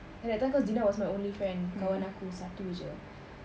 and that time dina was my only friend kawan aku satu jer